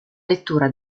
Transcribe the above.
lettura